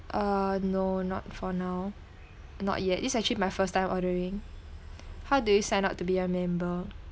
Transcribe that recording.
uh no not for now not yet it's actually my first time ordering how do you sign up to be a member